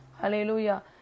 Hallelujah